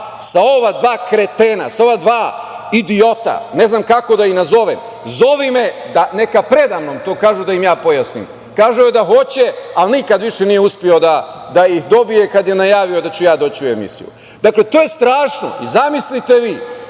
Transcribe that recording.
sa ova dva kretena, sa ova dva idiota, ne znam kako da ih nazovem, zovi me i neka predamnom to kažu, da im ja pojasnim. Kazao je da hoće, ali nikad više nije uspeo da ih dobije kad je najavio da ću ja doći u emisiju. To je strašno! Zamislite vi,